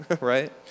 right